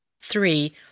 Three